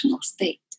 state